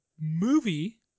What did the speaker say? movie